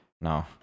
no